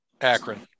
Akron